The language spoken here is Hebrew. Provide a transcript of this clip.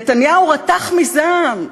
נתניהו רתח מזעם,